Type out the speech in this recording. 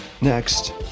Next